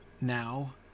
now